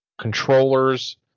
controllers